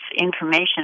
information